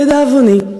לדאבוני,